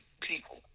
people